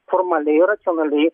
formaliai racionaliai